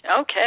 Okay